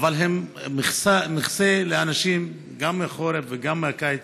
אבל הם מחסה לאנשים גם בחורף וגם בקיץ.